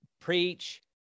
preach